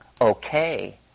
okay